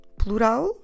plural